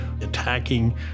attacking